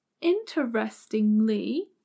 Interestingly